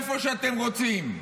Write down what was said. איפה שאתם רוצים,